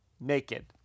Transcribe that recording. naked